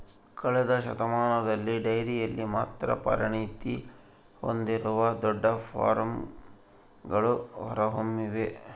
ಕಳೆದ ಶತಮಾನದಲ್ಲಿ ಡೈರಿಯಲ್ಲಿ ಮಾತ್ರ ಪರಿಣತಿ ಹೊಂದಿರುವ ದೊಡ್ಡ ಫಾರ್ಮ್ಗಳು ಹೊರಹೊಮ್ಮಿವೆ